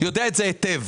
יודע את זה היטב.